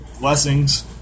blessings